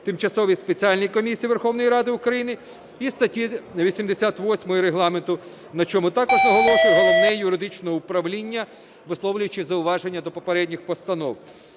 тимчасові спеціальні комісії Верховної Ради України" і статті 88 Регламенту, на чому також наголошує Головне юридичне управління, висловлюючи зауваження до попередніх постанов.